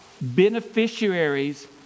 beneficiaries